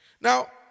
Now